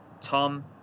Tom